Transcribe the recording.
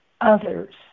others